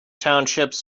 townships